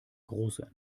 große